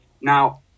Now